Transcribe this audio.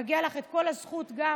מגיעה לך כל הזכות גם